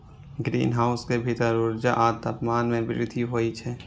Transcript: greenhouse के भीतर ऊर्जा आ तापमान मे वृद्धि होइ छै